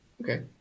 okay